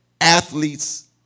athletes